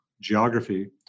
geography